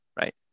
right